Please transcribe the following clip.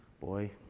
boy